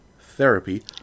therapy